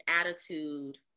attitude